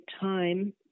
time